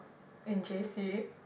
in J_C